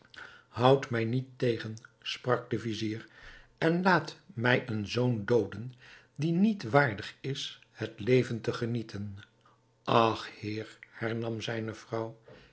houdt mij niet tegen sprak de vizier en laat mij een zoon dooden die niet waardig is het leven te genieten ach heer hernam zijne vrouw